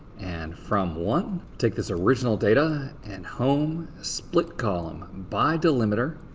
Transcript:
and from one. take this original data and home, split column by delimiter.